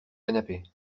canapé